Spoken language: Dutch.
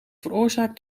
veroorzaakt